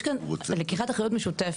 יש כאן לקיחת אחריות משותפת.